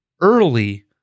early